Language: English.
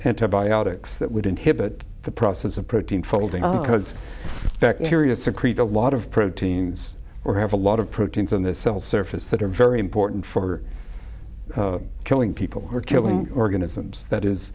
ntibiotics that would inhibit the process of protein folding up because bacteria secrete a lot of proteins or have a lot of proteins in the cell surface that are very important for killing people or killing organisms that is